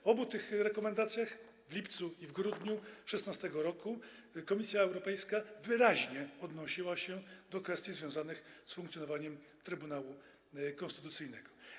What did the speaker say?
W obu tych rekomendacjach - w lipcu i w grudniu 2016 r. - Komisja Europejska wyraźnie odnosiła się do kwestii związanych z funkcjonowaniem Trybunału Konstytucyjnego.